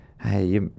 hey